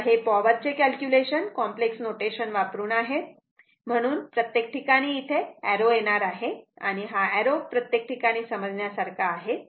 आता हे पॉवर चे कॅल्क्युलेशन कॉम्प्लेक्स नोटेशन वापरून आहेत म्हणून प्रत्येक ठिकाणी इथे एर्रो येणार आहे आणि हा एर्रो इथे प्रत्येक ठिकाणी समजण्यासारखा आहे